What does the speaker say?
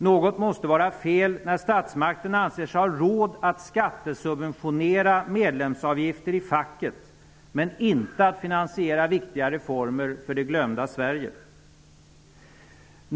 Något måste vara fel när statsmakterna anser sig ha råd att skattesubventionera medlemsavgifter i facket men inte att finansiera viktiga reformer för det glömda Sverige.